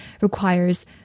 requires